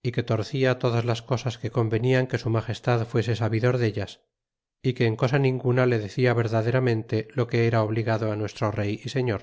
y que torcia todas las cosas que convenian que su magestad fuese sabidor dellas y que en cosa ninguna le decia verdaderamente lo que era obligado nuestro rey y señor